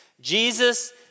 Jesus